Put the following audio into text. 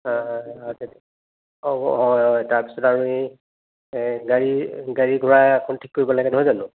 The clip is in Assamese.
হয় হয় তাৰপিছত আৰু এই গাড়ী গাড়ী গুড়া এখন ঠিক কৰিব লাগে নহয় জানো